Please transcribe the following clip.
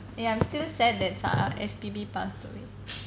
eh I'm still sad that S_P_B passed away